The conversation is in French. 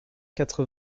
quatre